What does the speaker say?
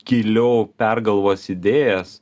tyliau pergalvos idėjas